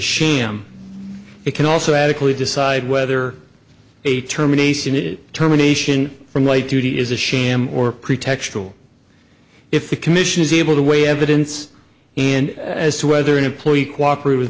sham it can also adequately decide whether a terminations terminations from light duty is a sham or pretextual if the commission is able to weigh evidence and as to whether an employee cooperate with